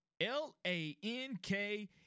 L-A-N-K